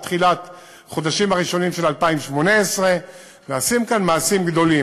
עד תחילת החודשים הראשונים של 2018. נעשים כאן מעשים גדולים.